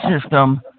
system